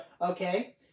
Okay